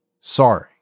Sorry